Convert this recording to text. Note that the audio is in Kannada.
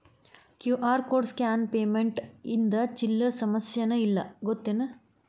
ಕ್ಯೂ.ಆರ್ ಕೋಡ್ ಸ್ಕ್ಯಾನ್ ಪೇಮೆಂಟ್ ಇಂದ ಚಿಲ್ಲರ್ ಸಮಸ್ಯಾನ ಇಲ್ಲ ಗೊತ್ತೇನ್?